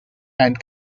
and